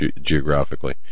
geographically